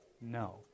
No